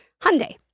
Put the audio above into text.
Hyundai